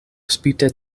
spite